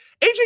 aj